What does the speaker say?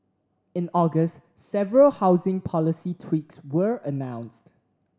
in August several housing policy tweaks were announced